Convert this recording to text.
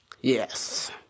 Yes